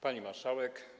Pani Marszałek!